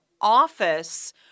office